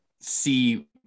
see